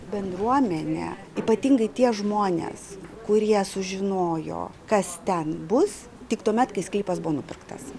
bendruomenė ypatingai tie žmonės kurie sužinojo kas ten bus tik tuomet kai sklypas buvo nupirktas